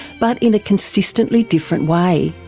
but in a consistently different way.